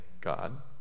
God